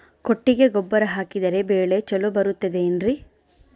ಕೊಟ್ಟಿಗೆ ಗೊಬ್ಬರ ಹಾಕಿದರೆ ಬೆಳೆ ಚೊಲೊ ಬರುತ್ತದೆ ಏನ್ರಿ?